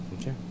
Okay